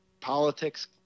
politics